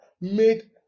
made